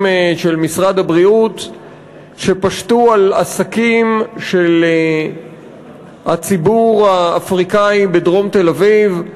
של משרד הבריאות פשטו על עסקים של הציבור האפריקני בדרום תל-אביב,